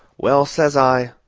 well, says i,